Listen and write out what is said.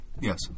Yes